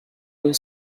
were